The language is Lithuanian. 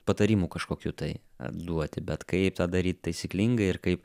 patarimų kažkokių tai duoti bet kaip tą dary taisyklingai ir kaip